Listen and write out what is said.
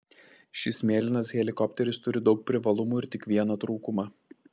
šis mėlynas helikopteris turi daug privalumų ir tik vieną trūkumą